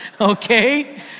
Okay